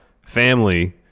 Family